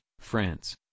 France